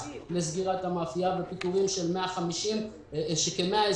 לסגירת המאפייה ופיטורים של כ-120 עובדים,